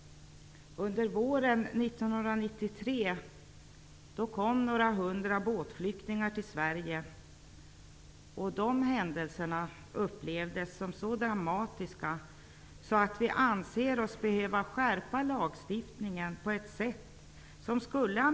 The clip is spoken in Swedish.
Under våren 1993 kom några hundra båtflyktingar till Sverige. Det upplevdes som så dramatiskt att vi anser oss behöva skärpa lagstiftningen.